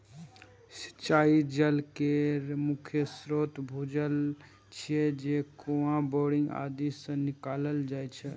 सिंचाइ जल केर मुख्य स्रोत भूजल छियै, जे कुआं, बोरिंग आदि सं निकालल जाइ छै